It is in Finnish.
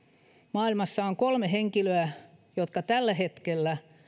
maailmassa on kolme henkilöä jotka tällä hetkellä